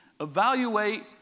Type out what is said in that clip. evaluate